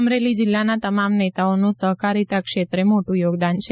અમરેલી જિલ્લાના તમામ નેતઓનું સહકારિતા ક્ષેત્રે મોટું યોગદાન છે